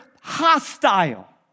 hostile